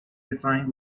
defined